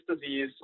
disease